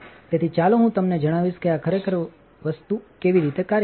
તેથી ચાલો હું તમને જણાવીશ કે આ વસ્તુ ખરેખર કેવી રીતે કાર્ય કરે છે